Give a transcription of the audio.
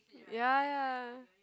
ya